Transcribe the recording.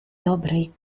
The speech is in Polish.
dobrej